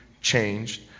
changed